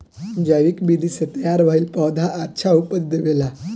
जैविक विधि से तैयार भईल पौधा अच्छा उपज देबेला